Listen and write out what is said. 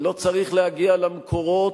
לא צריך להגיע למקורות,